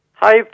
Hi